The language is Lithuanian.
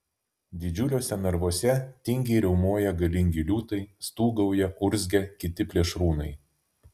didžiuliuose narvuose tingiai riaumoja galingi liūtai stūgauja urzgia kiti plėšrūnai